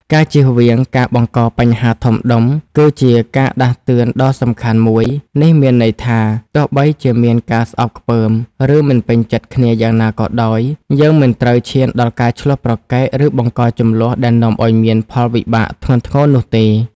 ការជៀសវាងការបង្កបញ្ហាធំដុំ គឺជាការដាស់តឿនដ៏សំខាន់មួយ នេះមានន័យថា ទោះបីជាមានការស្អប់ខ្ពើម ឬមិនពេញចិត្តគ្នាយ៉ាងណាក៏ដោយ យើងមិនត្រូវឈានដល់ការឈ្លោះប្រកែក ឬបង្កជម្លោះដែលនាំឲ្យមានផលវិបាកធ្ងន់ធ្ងរនោះទេ។